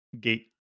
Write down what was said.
gate